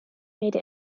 made